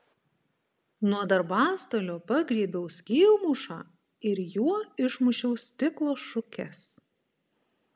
nuo darbastalio pagriebiau skylmušą ir juo išmušiau stiklo šukes